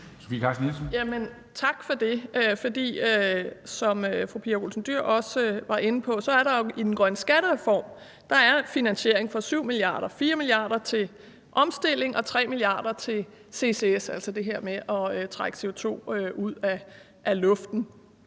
Tak for det. Som fru Pia Olsen Dyhr også var inde på, er der i den grønne skattereform finansiering for 7 mia. kr.: 4 mia. kr. til omstilling og 3 mia. kr. til CCS, altså det her med at trække CO2 ud af luften.